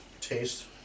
taste